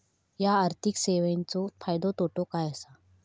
हया आर्थिक सेवेंचो फायदो तोटो काय आसा?